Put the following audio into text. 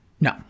No